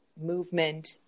movement